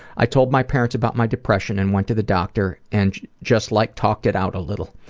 i told my parents about my depression and went to the doctor and just like talked it out a little.